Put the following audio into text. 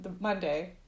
Monday